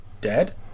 dead